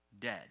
dead